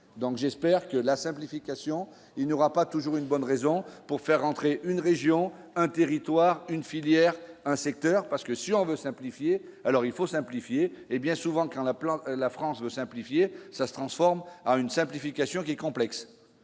donc j'espère que la simplification, il n'y aura pas toujours une bonne raison pour faire rentrer une région un territoire une filière un secteur parce que si on veut simplifier, alors il faut simplifier et bien souvent quand la plante, la France veut simplifier ça se transforme en une simplification qui est complexe,